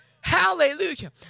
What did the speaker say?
Hallelujah